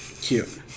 Cute